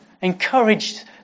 Encouraged